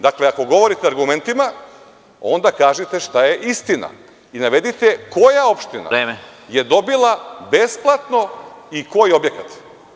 Dakle, ako govorite o argumentima, onda kažite šta je istina i navedite koja opština je dobila besplatno i koji objekat.